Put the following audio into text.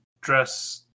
dress